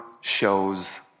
shows